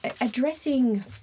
addressing